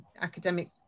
academic